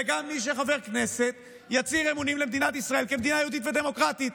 וגם מי שחבר כנסת יצהיר אמונים למדינת ישראל כמדינה יהודית ודמוקרטית.